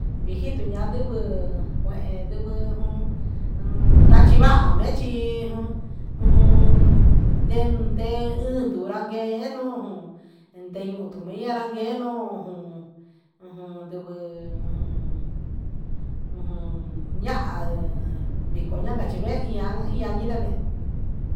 Vijito ña'a nduvuu juen nduvuu jun, jun ndachi va'a mechí jun, nden nden uun ndurnake'eno jun ndeyu tuu nuu ñanrakeno jun, ujun nduvuu ujun, ujun ña'á viko ña'a kachi vee hí ñan iin ñandevime.